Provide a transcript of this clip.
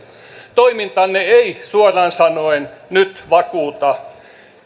toimintanne ei suoraan sanoen nyt vakuuta